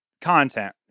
content